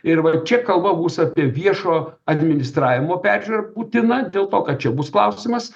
ir va čia kalba bus apie viešo administravimo peržiūra būtina dėl to kad čia bus klausimas